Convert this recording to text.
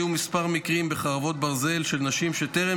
היו מספר מקרים בחרבות ברזל של נשים שטרם